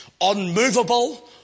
unmovable